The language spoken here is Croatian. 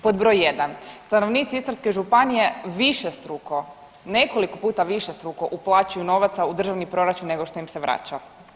Pod broj jedan, stanovnici Istarske županije višestruko nekoliko puta višestruko uplaćuju novaca u državni proračun nego što im se vraća.